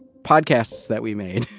podcasts that we made.